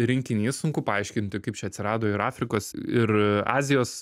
rinkinys sunku paaiškinti kaip čia atsirado ir afrikos ir azijos